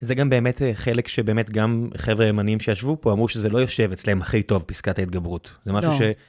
זה גם באמת חלק שבאמת גם חבר'ה הימניים שישבו פה אמרו שזה לא יושב אצלם הכי טוב, פסקת ההתגברות. לא. זה משהו ש...